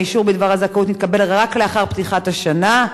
האישור בדבר הזכאות נתקבל רק לאחר פתיחת השנה.